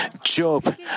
Job